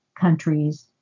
countries